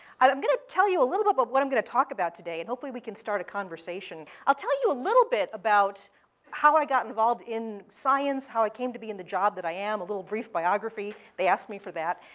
i'm going to tell you a little bit about what i'm going to talk about today, and hopefully we can start a conversation. i'll tell you a little bit about how i got involved in science, how i came to be in the job that i am, a little brief biography. they asked me for that.